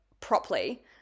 properly